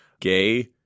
gay